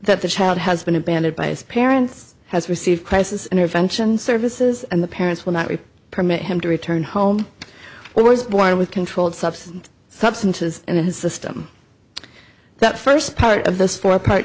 that the child has been abandoned by his parents has received crisis intervention services and the parents will not repeat permit him to return home or was born with controlled substance substances in his system that first part of this four part